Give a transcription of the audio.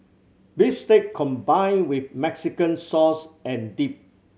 beef steak combined with Mexican sauce and dip